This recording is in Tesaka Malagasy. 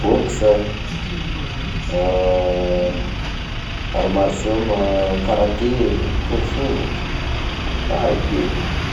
bôksa, art martiaux ma karate, kung fu, maro be.